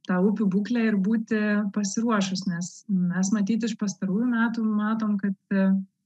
tą upių būklę ir būti pasiruošus nes mes matyt iš pastarųjų metų matom kad